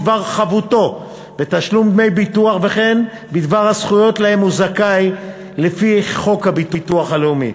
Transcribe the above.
בדבר חבותו בתשלום דמי ביטוח וכן בדבר זכויותיו לפי חוק הביטוח הלאומי.